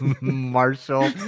Marshall